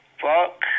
fuck